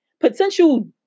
potential